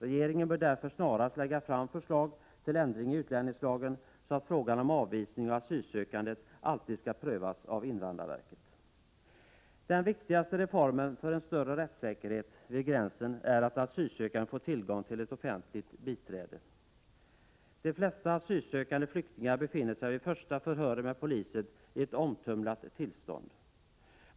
Regeringen bör därför snarast lägga fram förslag till ändring i utlänningslagen så att frågan om avvisning av asylsökande alltid prövas av invandrarverket. Den viktigaste reformen för större rättssäkerhet, när asylsökande passerat gränsen till Sverige, är att de får tillgång till offentligt biträde. De flesta asylsökande flyktingar befinner sig vid första förhöret hos polisen i ett omtumlat tillstånd.